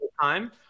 time